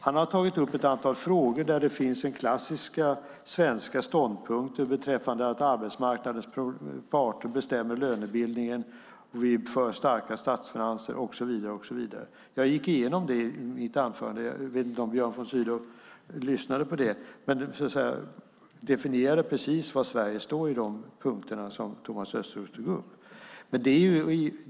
Han har tagit upp ett antal frågor där det finns den klassiska svenska ståndpunkten beträffande att arbetsmarknadens parter bestämmer lönebildningen och att vi är för starka statsfinanser och så vidare. Jag gick igenom det i mitt anförande - jag vet inte om Björn von Sydow lyssnade på det - där jag definierade precis var Sverige står i de punkter som Thomas Östros tog upp.